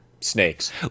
snakes